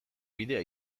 bidea